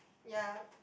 ya